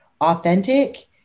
authentic